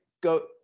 go –